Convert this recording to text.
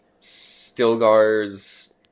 Stilgar's